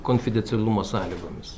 konfidencialumo sąlygomis